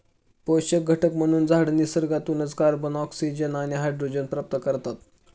पोषक घटक म्हणून झाडं निसर्गातूनच कार्बन, ऑक्सिजन आणि हायड्रोजन प्राप्त करतात